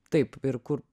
taip ir kur